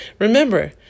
Remember